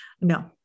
no